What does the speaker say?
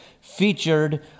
featured